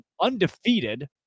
undefeated